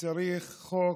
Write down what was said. צריך חוק,